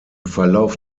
verlauf